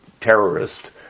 terrorist